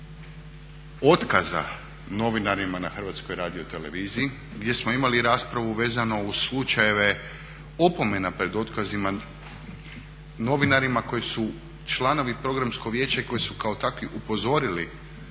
otkaza novinarima na HRT-u gdje smo imali raspravu vezano uz slučajeve opomena pred otkazima novinarima koji su članovi Programskog vijeća i koji su kao takvi upozorili